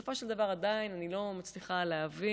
בסופו של דבר עדיין אני לא מצליחה להבין